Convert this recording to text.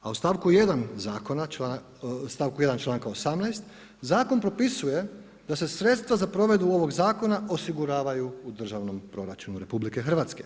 A u stavku 1. zakona, stavku 1. članka 18. zakon propisuje da se sredstva za provedbu ovog zakona osiguravaju u Državnom proračunu RH.